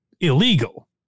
illegal